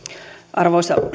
arvoisa